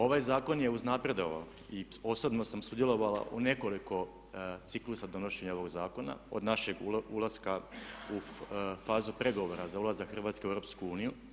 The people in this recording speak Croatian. Ovaj zakon je uznapredovao i osobno sam sudjelovao u nekoliko ciklusa donošenja ovoga zakona od našeg ulaska u fazu pregovora za ulazak Hrvatske u Europsku uniju.